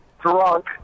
drunk